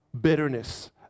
bitterness